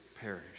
perish